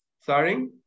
Sorry